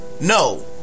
No